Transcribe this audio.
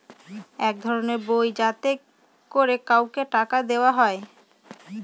এক ধরনের বই যাতে করে কাউকে টাকা দেয়া হয়